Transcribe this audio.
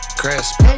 crisp